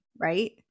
right